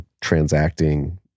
transacting